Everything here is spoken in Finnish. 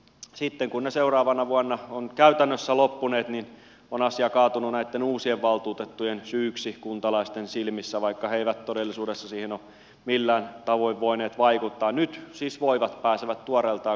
sitten kun ne seuraavana vuonna on käytännössä loppuneet niin on asia kaatuneitten uusien valtuutettujen syyksi kuntalaisten silmissä vaikka he eivät todellisuudessa siihen millään tavoin voineet vaikuttaa nyt siis voivat pääsevät tuoreeltaan